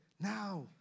now